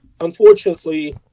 unfortunately